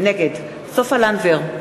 נגד סופה לנדבר,